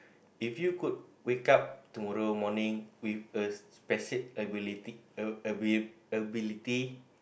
if you could wake up tomorrow morning with a special ability